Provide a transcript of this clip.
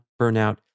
burnout